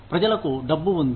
ప్రజలకు డబ్బు ఉంది